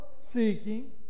seeking